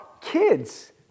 kids